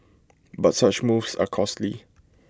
but such moves are costly